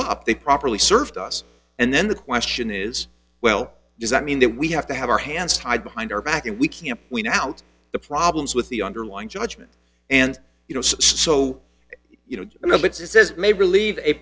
up they properly served us and then the question is well does that mean that we have to have our hands tied behind our back and we can wean out the problems with the underlying judgement and you know so you know it's as it may relieve a